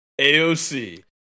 AOC